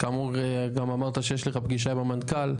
כאמור גם אמרת שיש לך פגישה עם המנכ"ל,